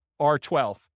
R12